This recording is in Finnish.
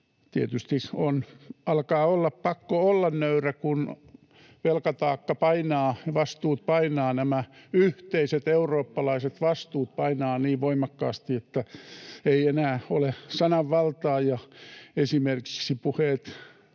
Tietysti alkaa olla pakko olla nöyrä, kun velkataakka painaa ja nämä yhteiset eurooppalaiset vastuut painavat niin voimakkaasti, että ei enää ole sananvaltaa, ja esimerkiksi puheet